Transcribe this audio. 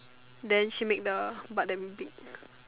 then she make the but damn big